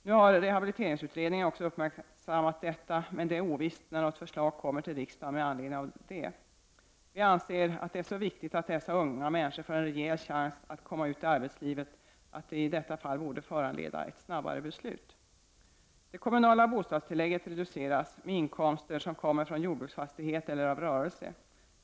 Nu har rehabiliteringsutredningen också uppmärksammat detta, men det är ovisst när något förslag kommer till riksdagen med anledning av detta. Vi anser att det är så viktigt att dessa unga människor får en rejäl chans att komma ut i arbetslivet att det i detta fall borde föranleda ett snabbare beslut. Det kommunala bostadstillägget reduceras med inkomster som kommer från jordbruksfastighet eller av rörelse.